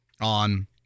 on